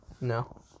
No